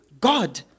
god